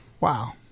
Wow